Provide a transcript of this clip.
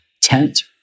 tent